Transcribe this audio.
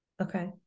okay